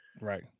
Right